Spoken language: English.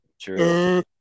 true